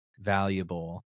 valuable